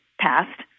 passed